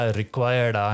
required